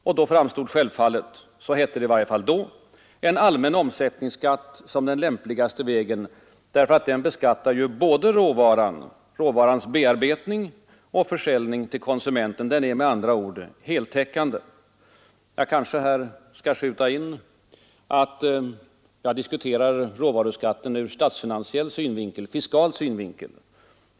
Därmed framstod självfallet — så hette det i varje fall då — en allmän omsättningsskatt som den lämpligaste vägen, därför att den beskattar ju förutom råvaran även råvarans bearbetning och försäljning till konsumenten; den är med andra ord heltäckande. Jag kanske här skall skjuta in att jag diskuterar råvaruskatten ur statsfinansiell, fiskal synvinkel.